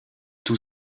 tout